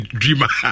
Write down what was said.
dreamer